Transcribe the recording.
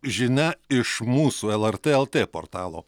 žinia iš mūsų lrt lt portalo